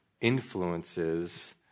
influences